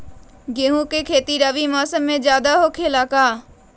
गेंहू के खेती रबी मौसम में ज्यादा होखेला का?